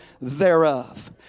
thereof